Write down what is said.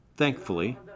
thankfully